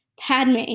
Padme